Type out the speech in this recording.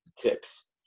tips